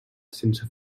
sense